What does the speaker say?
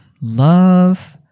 love